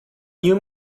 new